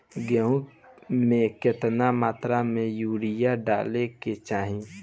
गेहूँ में केतना मात्रा में यूरिया डाले के चाही?